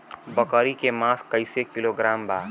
बकरी के मांस कईसे किलोग्राम बा?